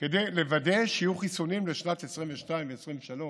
כדי לוודא שיהיו חיסונים לשנים 2022 ו-2023,